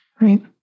Right